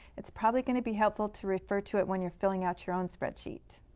it's probably going to be helpful to refer to it when you're filling out your own spreadsheet.